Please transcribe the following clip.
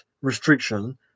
restriction